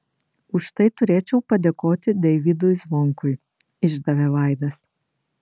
už tai turėčiau padėkoti deivydui zvonkui išdavė vaidas